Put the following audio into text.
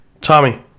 Tommy